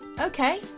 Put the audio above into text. Okay